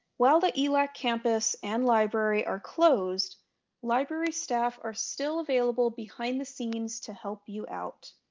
while the elac campus and library are closed library staff are still available behind the scenes to help you out.